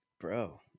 bro